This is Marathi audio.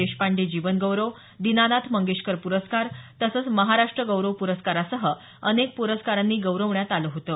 देशपांडे जीवन गौरव दीनानाथ मंगेशकर प्रस्कार तसंच महाराष्ट्र गौरव प्रस्कारासह अनेक प्रस्कारांनी गौरवण्यात आलं होतं